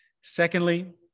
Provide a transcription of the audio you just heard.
Secondly